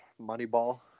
Moneyball